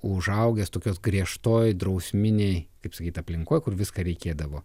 užaugęs tokios griežtoj drausminėj kaip sakyt aplinkoj kur viską reikėdavo